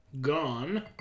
Gone